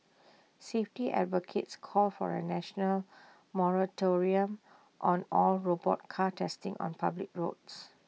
safety advocates called for A national moratorium on all robot car testing on public roads